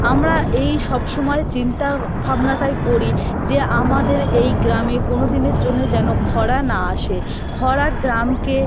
আমরা এই সব সময় চিন্তা ভাবনাটাই করি যে আমাদের এই গ্রামে কোনো দিনের জন্যে যেন খরা না আসে খরা গ্রামকে